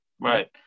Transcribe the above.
Right